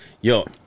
Yo